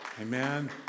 amen